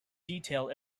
detail